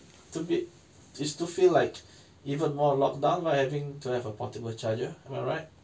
to be is to feel like even more locked down by having to have a portable charger am I right